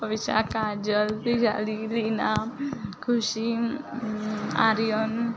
अविशा काजल पिजाली लीना खुशी आर्यन